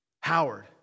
Howard